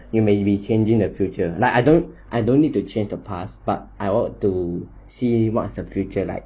you may be changing the future like I don't I don't need to change the past but I hope to see what's the future like